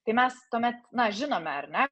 tai mes tuomet na žinome ar ne